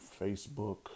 Facebook